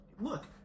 look